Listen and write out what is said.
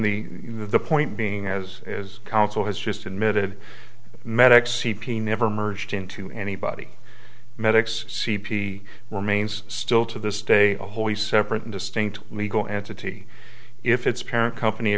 the the point being as is counsel has just admitted medic c p never merged into anybody medics c p remains still to this day a wholly separate and distinct legal entity if its parent company